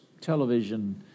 television